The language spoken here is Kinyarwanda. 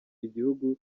igihugu